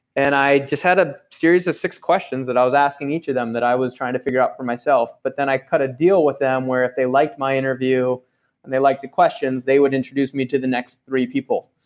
and i just had a series of six questions that i was asking each of them that i was trying to figure out for myself. but then i cut a deal with them where if they liked my interview, and they liked the questions, they would introduce me to the next three people.